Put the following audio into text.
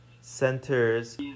centers